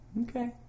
Okay